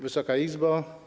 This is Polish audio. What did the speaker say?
Wysoka Izbo!